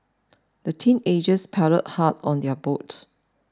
the teenagers paddled hard on their boat